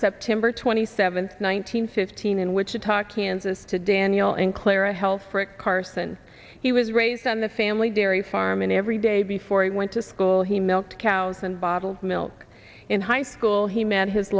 september twenty seventh one thousand nine hundred fifteen in wichita kansas to daniel and clara health frick carson he was raised on the family dairy farm and every day before he went to school he milked cows and bottled milk in high school he met his